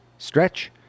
stretch